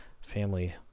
family